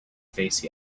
face